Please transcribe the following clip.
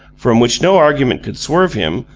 from which no argument could swerve him,